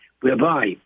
whereby